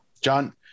john